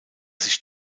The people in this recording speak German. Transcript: sich